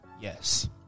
Yes